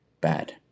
bad